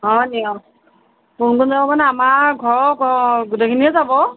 হয়নি অ কোন কোন যাব মানে আমাৰ ঘৰৰ অ গোটেইখিনিয়ে যাব